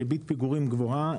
ריבית פיגורים גבוהה,